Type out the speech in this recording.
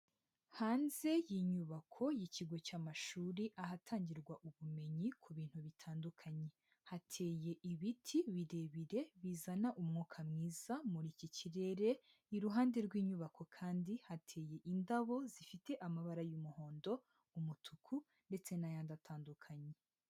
Hanze y'inyubako y'ikigo cy'amashuri ahatangirwa ubumenyi ku bintu bitandukanye, hateye ibiti birebire bizana umwuka mwiza muri iki kirere, iruhande rw'inyubako kandi hateye indabo zifite amabara y'umuhondo, umutuku ndetse n'ayandi atandukanye.